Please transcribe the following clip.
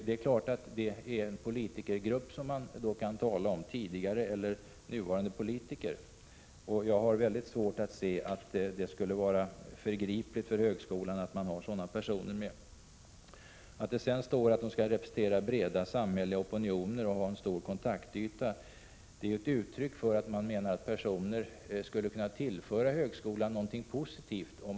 Det är klart att det därvid kan bli fråga om tidigare eller nuvarande politiker. Jag har dock svårt att se att det skulle vara förgripligt att högskolan har sådana personer med i sin styrelse. Att det står att allmänrepresentanterna skall representera breda samhälleliga opinioner och ha en stor kontaktyta är ett uttryck för att man menar att personer med dessa egenskaper skulle kunna tillföra högskolan någonting positivt.